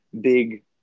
big